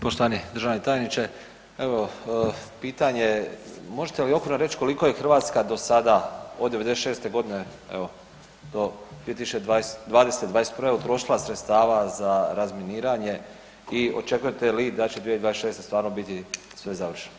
Poštovani državni tajniče, evo pitanje možete li okvirno reći koliko je Hrvatska do sada od '96. godine do 2020.-te, '21. utrošila sredstava za razminiranje i očekujete li da će 2026. stvarno biti sve završeno?